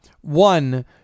one